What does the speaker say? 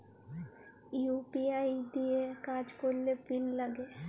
UPI দিঁয়ে কাজ ক্যরলে পিল লাগে